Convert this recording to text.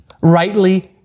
Rightly